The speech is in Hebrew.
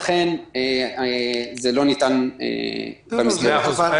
לכן זה לא ניתן במסגרת הזאת.